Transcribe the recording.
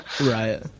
Right